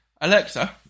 Alexa